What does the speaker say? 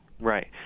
Right